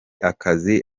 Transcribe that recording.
akazi